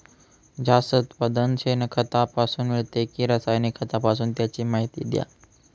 जास्त उत्पादन शेणखतापासून मिळते कि रासायनिक खतापासून? त्याची माहिती द्या